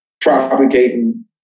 propagating